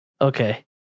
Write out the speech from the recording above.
okay